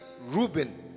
Reuben